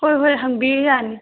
ꯍꯣꯏ ꯍꯣꯏ ꯍꯪꯕꯤꯌꯨ ꯌꯥꯅꯤ